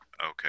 Okay